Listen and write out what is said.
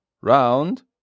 round